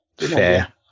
fair